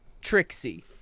Trixie